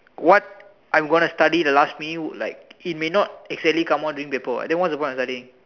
what I'm gonna study the last me you like it may not accidentally come out during paper [what] then what's the point of studying